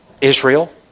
Israel